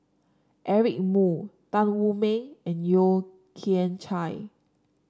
Eric Moo Tan Wu Meng and Yeo Kian Chai